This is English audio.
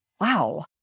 wow